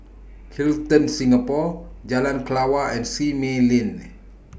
Hilton Singapore Jalan Kelawar and Simei Lane